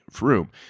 room